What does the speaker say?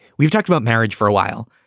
we've talked about marriage for a while.